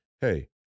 Hey